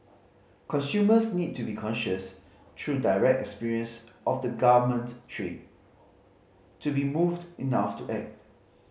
consumers need to be conscious through direct experience of the garment trade to be moved enough to act